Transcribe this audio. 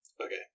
Okay